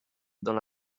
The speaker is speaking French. dans